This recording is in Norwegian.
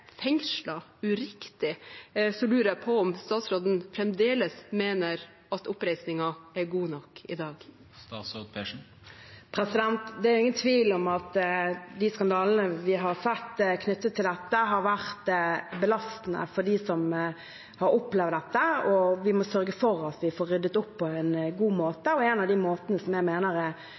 uriktig, lurer jeg på om statsråden fremdeles mener at oppreisningen er god nok i dag. Det er ingen tvil om at de skandalene vi har sett knyttet til dette, har vært belastende for dem som har opplevde dette, og vi må sørge for at vi får ryddet opp på en god måte. Noe av det som jeg mener er